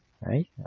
right